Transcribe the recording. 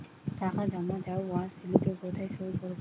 টাকা জমা দেওয়ার স্লিপে কোথায় সই করব?